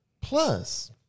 Plus